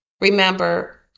Remember